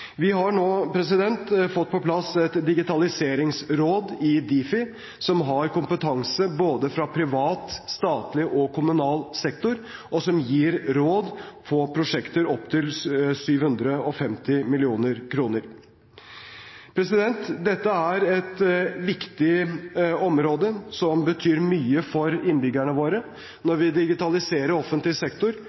Vi har nå fått på plass et digitaliseringsråd i Difi som har kompetanse fra både privat, statlig og kommunal sektor, og som gir råd på prosjekter på opptil 750 mill. kr. Dette er et viktig område, som betyr mye for innbyggerne våre. Når vi digitaliserer offentlig sektor,